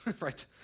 right